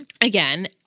Again